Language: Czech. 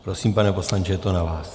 Prosím, pane poslanče, je to na vás.